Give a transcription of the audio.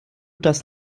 das